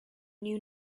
knew